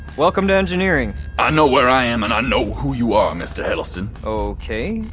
welcome to engineering i know where i am and i know who you are, mister hedleston okay.